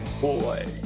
Boy